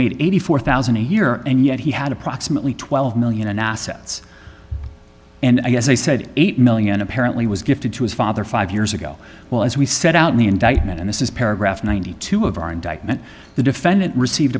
made eighty four thousand a year and yet he had approximately twelve million in assets and i guess they said eight million dollars apparently was gifted to his father five years ago well as we said out in the indictment and this is paragraph ninety two dollars of our indictment the defendant received